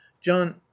john